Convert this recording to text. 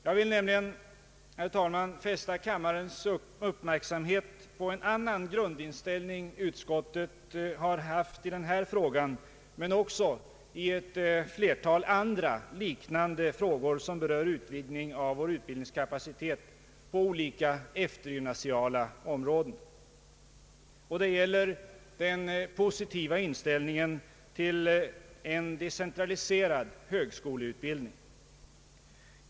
Jag vill nämligen, herr talman, fästa kammarens uppmärksamhet på en annan grundinställning som utskottet har haft i denna fråga men också i ett flertal andra liknande frågor som berör utvidgning av vår utbildningskapacitet på olika eftergymnasiala utbildningslinjer. Det gäller den positiva inställningen till en decentraliserad högskoleutbildning.